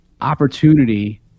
opportunity